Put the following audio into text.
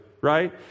right